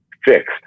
fixed